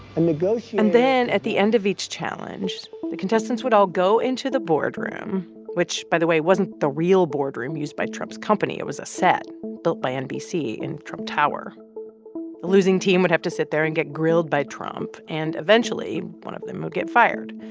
a negotiator. and then at the end of each challenge the contestants would all go into the boardroom which, by the way, wasn't the real boardroom boardroom used by trump's company. it was a set built by nbc in trump tower. the losing team would have to sit there and get grilled by trump, and eventually one of them would get fired.